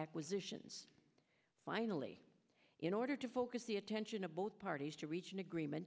acquisitions finally in order to focus the attention of both parties to reach an agreement